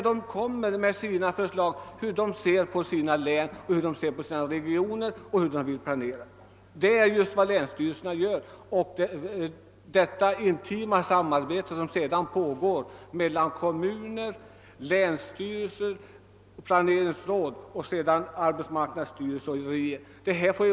De utvecklar där sin syn på sina län och regioner och framför sina förslag beträffande planeringen. Det förekommer vidare ett samspel på de olika planeringsstadierna i det intima samarbete som pågår mellan å ena sidan kommuner, länsstyrelser och planeringsråd och å andra sidan arbetsmarknadsstyrelsen och regeringen.